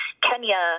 Kenya